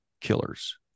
killers